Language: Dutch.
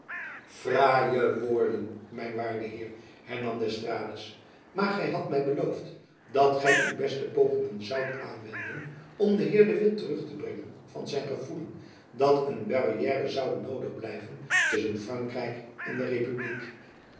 fraaie woorden mijn waarde heer hernam d'estrades maar gy hadt my beloofd dat gy uw beste pogingen zoudt aanwenden om den heer de witt terug te brengen van zijn gevoelen dat een barrière zoude noodig blijven tusschen frankrijk en de republiek